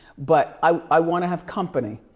but i wanna have company,